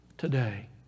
today